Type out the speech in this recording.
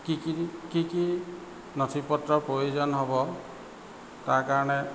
কি কি কি কি নথি পত্ৰৰ প্ৰয়োজন হ'ব তাৰ কাৰণে